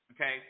okay